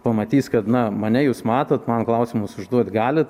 pamatys kad na mane jūs matot man klausimus užduot galit